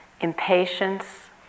impatience